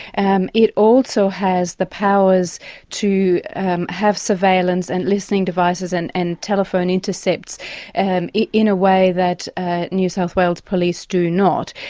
and it also has the powers to have surveillance and listening devices and and telephone intercepts and in a way that ah new south wales police do not,